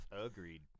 Agreed